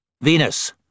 Venus